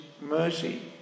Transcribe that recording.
mercy